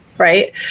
right